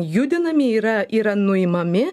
judinami yra yra nuimami